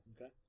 Okay